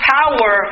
power